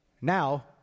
now